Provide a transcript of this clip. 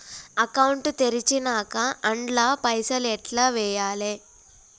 Account తెరిచినాక అండ్ల పైసల్ ఎట్ల వేయాలే?